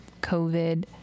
COVID